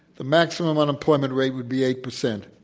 the maximum unemployment rate would be eight percent.